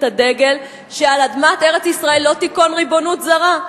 הדגל שעל אדמת ארץ-ישראל לא תיכון ריבונות זרה.